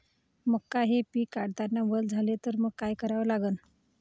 मका हे पिक काढतांना वल झाले तर मंग काय करावं लागन?